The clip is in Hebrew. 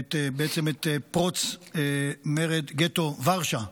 ובעצם את פרוץ מרד גטו ורשה.